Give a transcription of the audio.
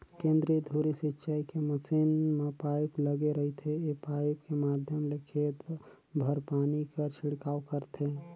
केंद्रीय धुरी सिंचई के मसीन म पाइप लगे रहिथे ए पाइप के माध्यम ले खेत भर पानी कर छिड़काव करथे